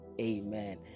amen